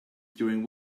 during